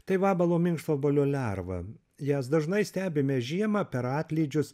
tai vabalo minkštvabalio lerva jas dažnai stebime žiemą per atlydžius